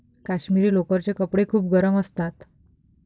काश्मिरी लोकरचे कपडे खूप गरम असतात